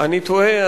אני טועה?